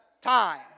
time